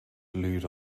glued